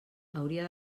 hauria